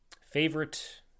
Favorite